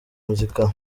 muzika